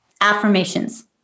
affirmations